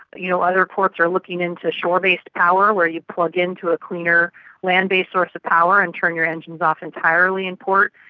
you know other ports are looking into shore-based power where you plug in to a cleaner land-based source of power and turn your engines off entirely in port.